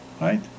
right